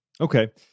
Okay